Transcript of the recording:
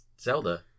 Zelda